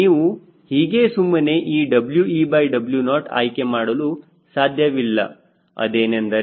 ನೀವು ಹೀಗೆ ಸುಮ್ಮನೆ ಈ WeW0 ಆಯ್ಕೆ ಮಾಡಲು ಸಾಧ್ಯವಿಲ್ಲ ಅದೇನೆಂದರೆ